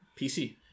PC